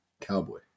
Cowboy